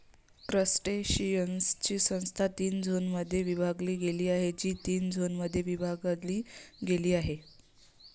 क्रस्टेशियन्सची संस्था तीन झोनमध्ये विभागली गेली आहे, जी तीन झोनमध्ये विभागली गेली आहे